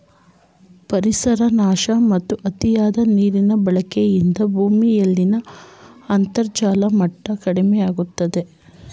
ಪರಿಸರ ನಾಶ ಮತ್ತು ಅತಿಯಾದ ನೀರಿನ ಬಳಕೆಯಿಂದ ಭೂಮಿಯಲ್ಲಿನ ಅಂತರ್ಜಲದ ಮಟ್ಟ ಕಡಿಮೆಯಾಗುತ್ತಿದೆ